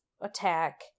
attack